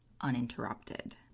uninterrupted